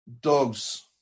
Dogs